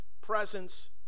presence